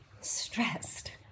stressed